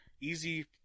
easy